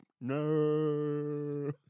No